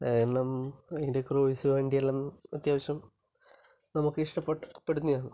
കാരണം അതിൻ്റെ ക്രൂയ്സ് വണ്ടിയെല്ലാം അത്യാവശ്യം നമുക്ക് ഇഷ്ടപ്പെടും പെടുന്നയാണ്